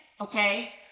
okay